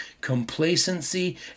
complacency